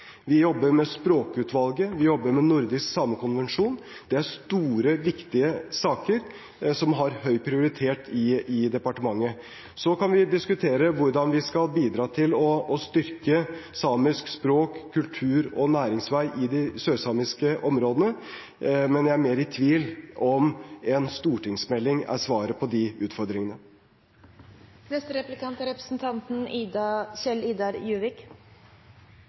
Vi jobber med språkutvalget, vi jobber med nordisk samekonvensjon. Det er store, viktige saker som har høy prioritet i departementet. Så kan vi diskutere hvordan vi skal bidra til å styrke samisk språk, kultur og næringsvei i de sørsamiske områdene, men jeg er mer i tvil om en stortingsmelding er svaret på de utfordringene. Nå har jeg forstått hvorfor skolen er